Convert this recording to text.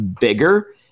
bigger